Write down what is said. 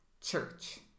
church